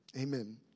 Amen